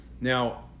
Now